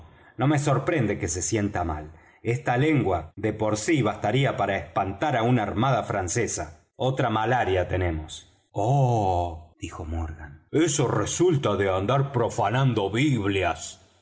no me sorprende que se sienta mal esta lengua de por sí bastaría para espantar á una armada francesa otra malaria tenemos ah dijo morgan eso resulta de andar profanando biblias